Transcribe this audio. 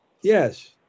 Yes